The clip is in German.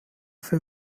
für